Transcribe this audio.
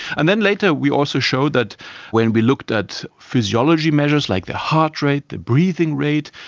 and then later we also showed that when we looked at physiology measures like the heart rate, the breathing rate,